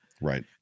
Right